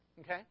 okay